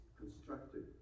constructed